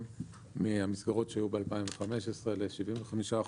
מהמסגרות שהיו ב-2015 ל-75%,